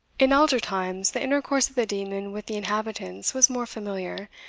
in elder times, the intercourse of the demon with the inhabitants was more familiar,